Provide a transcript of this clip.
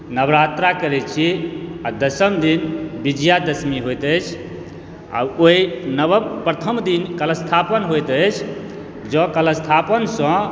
नवरात्रा करै छियै आ दसम दिन विजया दसमी होइत अछि आ ओहि नवम प्रथम दिन कलश स्थापन होइत अछि जॅं कलश स्थापन सॅं